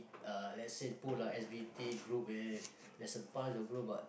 uh let's say pool ah S_B_T group where there's a pile of group what